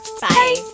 Bye